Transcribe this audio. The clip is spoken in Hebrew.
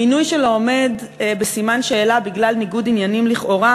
המינוי שלו עומד בסימן שאלה בגלל ניגוד עניינים לכאורה,